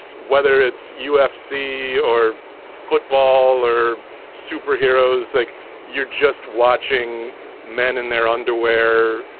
so whether it's ufc or football or superheroes, like you're just watching men in their underwear,